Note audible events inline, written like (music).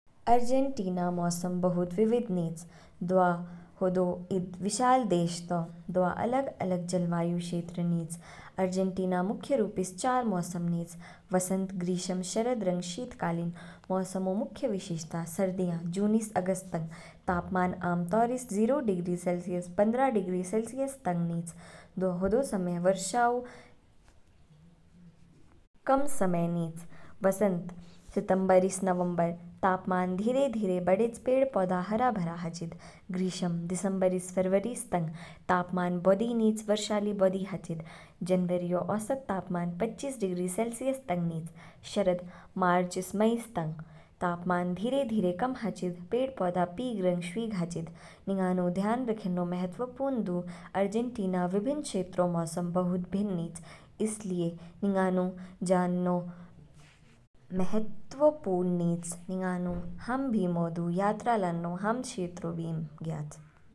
आर्जेंटीना ऊ मौसम बहुत विविध निच, दवा हदौ ईद विशाल देश तौ दवा अलग अलग जलवायु क्षेत्र निच। आर्जेंटीना मुख्य रूपस चार मौसम निच, वसंत, ग्रीष्म, शरद, रंग शीतकालीन। मौसम ऊ मुख्य विशेषता, सर्दियाँ, जून ईस अगस्त तंग निच, तापमान आमतौरिस जीरो डिग्री सेलसियस पंद्रह डिग्री सेलसियस तंग निच, दौ हदौ समय वर्षा ऊ (hesitation) कम समय निच। वसंत, सितंबर स नवंबर, तापमान धीरे-धीरे बढ़ेच पेड़ पौधे हरे भरे हाचिद। ग्रीष्म, दिसंबर स फरवरी तंग, तापमान बौधि निच, वर्षा ली बौधि हाचिद, जनवरीऔ औसत तापमान पच्चीस डिग्री सेलसियस तंग निच। शरद, मार्च ईस मई तंग, तापमान धीरे-धीरे कम हाचिद पेड़ पौधा पीग रंग शवीग हाचिद। निंगानु ध्यान रखनेन्नो महत्वपूर्ण दु आर्जेंटीना विभिन्न क्षेत्रों मौसम बहुत भिन्न निच, इसलिए निंगानु (noise) जान्नौ महत्वपूर्ण निच निंगानु हाम बिमो दु यात्रा लान्नौ हाम क्षेत्रों बीम ज्ञयाच।